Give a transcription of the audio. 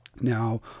Now